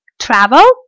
travel